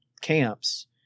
camps